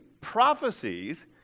prophecies